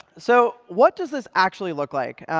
so what does this actually look like?